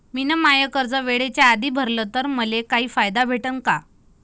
मिन माय कर्ज वेळेच्या आधी भरल तर मले काही फायदा भेटन का?